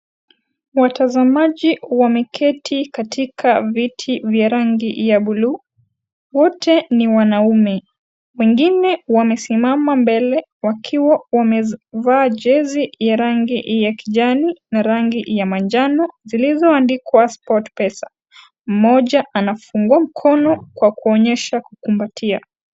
Watazamaji wameketi katika viti vya rangi ya bluu, wote ni wanaume. Wengine wamesimama mbelw wakiwa wamevaa jezi ya rangi ya kijani narangi ya manjano zilizoandikwa Sportpesa mmoja anafungua mkono kuonyesha kukumbatia.